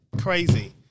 Crazy